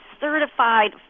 certified